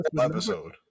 episode